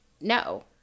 no